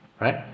right